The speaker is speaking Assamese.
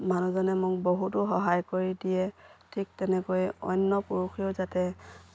মানুহজনে মোক বহুতো সহায় কৰি দিয়ে ঠিক তেনেকৈয়ে অন্য় পুৰুষেও যাতে